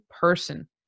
person